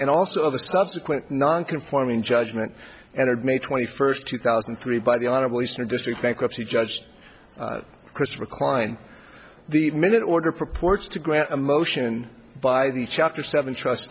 and also of the subsequent non conforming judgment and of may twenty first two thousand and three by the honorable eastern district bankruptcy judge cristol kline the minute order purports to grant a motion by the chapter seven trust